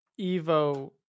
Evo